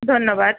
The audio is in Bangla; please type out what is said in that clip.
ধন্যবাদ